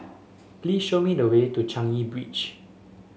please show me the way to Changi Beach